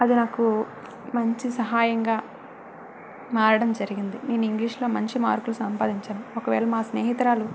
అది నాకు మంచి సహాయంగా మారడం జరిగింది నేను ఇంగ్లీష్లో మంచి మార్కులు సంపాదించాను ఒకవేళ మా స్నేహితురాలు